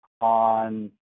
on